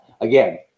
again